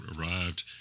arrived